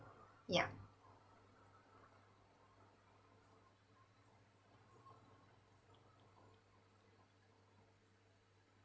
yeah